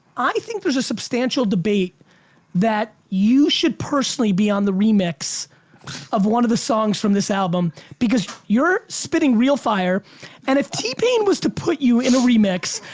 i think there's a substantial debate that you should personally be on the remix of one of the songs from this album because you're spitting real fire and if t-pain was to put you in a remix,